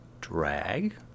drag